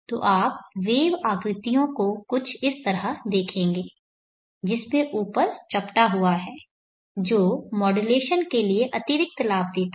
तो आप वेव आकृतियों को कुछ इस तरह देखेंगे जिसमें ऊपर चपटा हुआ है जो मॉड्यूलेशन के लिए अतिरिक्त लाभ देता है